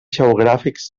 geogràfics